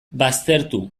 baztertu